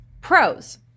Pros